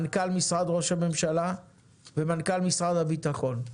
מנכ"ל משרד ראש הממשלה ומנכ"ל משרד הביטחון,